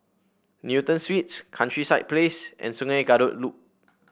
Newton Suites Countryside Place and Sungei Kadut Loop